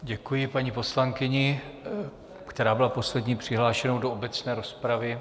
Děkuji paní poslankyni, která byla poslední přihlášenou do obecné rozpravy.